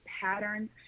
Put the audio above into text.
patterns